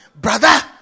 brother